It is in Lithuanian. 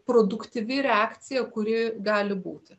produktyvi reakcija kuri gali būti